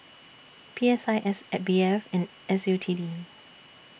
P S I S B F and S U T D